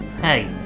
Hey